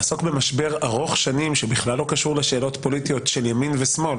לעסוק במשבר ארוך שנים שבכלל לא קשור לפעולות הפוליטיות של ימין ושמאל